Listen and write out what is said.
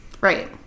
right